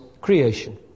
creation